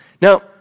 Now